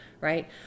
right